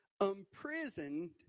imprisoned